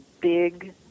big